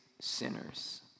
sinners